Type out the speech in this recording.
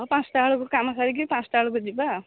ହଁ ପାଞ୍ଚଟା ବେଳକୁ କାମ ସାରିକି ପାଞ୍ଚଟା ବେଳକୁ ଯିବା ଆଉ